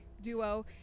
duo